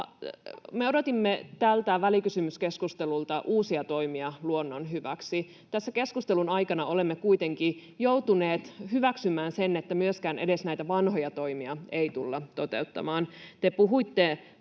Me odotimme tältä välikysymyskeskustelulta uusia toimia luonnon hyväksi. Tässä keskustelun aikana olemme kuitenkin joutuneet hyväksymään sen, että myöskään edes näitä vanhoja toimia ei tulla toteuttamaan. Te puhuitte